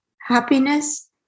happiness